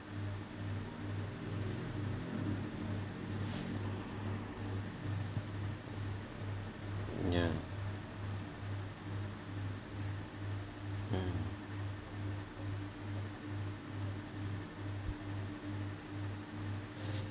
yeah hmm